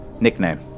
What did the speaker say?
Nickname